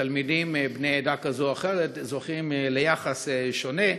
תלמידים בני עדה כזאת או אחרת זוכים ליחס שונה,